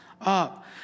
up